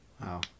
Wow